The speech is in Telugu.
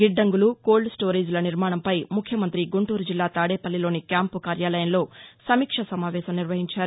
గిద్దంగులు కోల్డ్ స్టోరేజీల నిర్మాణంపై ముఖ్యమంతి గుంటూరు జిల్లా తాడేపల్లిలోని క్యాంపు కార్యాలయంలో సమీక్షా సమావేశం నిర్వహించారు